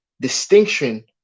distinction